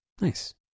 nice